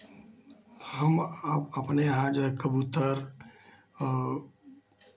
हम अपने यहाँ जो है एक कबूतर और